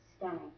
stunning